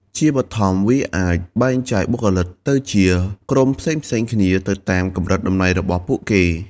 ជាបឋម វាអាចបែងចែកបុគ្គលិកទៅជាក្រុមផ្សេងៗគ្នា ទៅតាមកម្រិតតំណែងរបស់ពួកគេ។